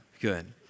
Good